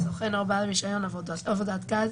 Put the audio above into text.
סוכן או בעל רישיון עבודת גז